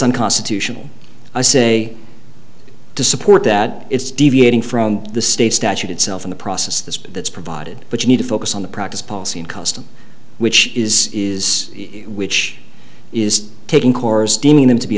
unconstitutional i say to support that it's deviating from the state statute itself in the process that that's provided but you need to focus on the practice policy and custom which is is which is taking cores deeming them to be